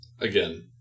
Again